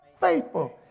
faithful